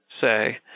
say